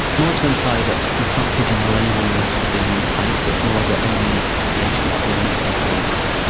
more to imply you can't pigeonhole any one relationship as being one type, it's more that any one relationship might be a mix of flavours.